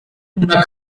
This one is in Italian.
una